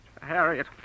Harriet